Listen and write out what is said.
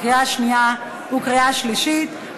קריאה שנייה וקריאה שלישית.